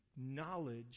knowledge